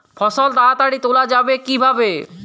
ফসল তাড়াতাড়ি তোলা যাবে কিভাবে?